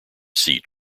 seat